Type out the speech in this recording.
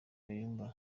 kayumba